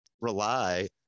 rely